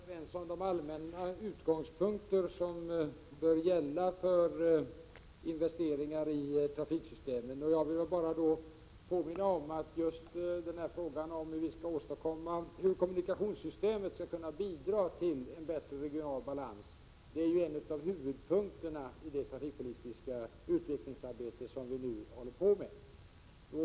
Herr talman! Vi tycks vara överens om de allmänna utgångspunkter som bör gälla för investeringar i trafiksystemen. Jag vill påminna om, att frågan om hur kommunikationssystemen skall kunna bidra till en bättre regional balans är en av huvudpunkterna i det trafikpolitiska utvecklingsarbete som vi nu håller på med.